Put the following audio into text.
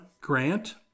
Grant